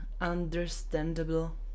understandable